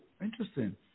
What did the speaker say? interesting